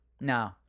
no